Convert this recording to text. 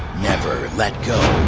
never let go.